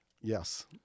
Yes